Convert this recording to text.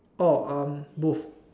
oh both